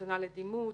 המתנה לדימות,